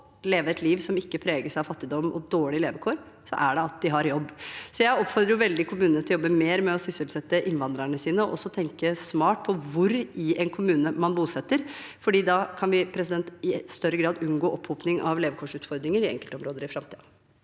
og leve et liv som ikke preges av fattigdom og dårlige levekår, er at de har jobb. Jeg oppfordrer kommunene veldig til å jobbe mer med å sysselsette innvandrerne sine og tenke smart på hvor i en kommune man bosetter, for da kan vi i større grad unngå opphopning av levekårsutfordringer i enkeltområder i framtiden.